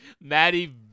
Maddie